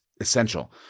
essential